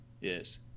Yes